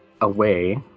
away